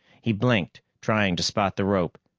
he blinked, trying to spot the rope.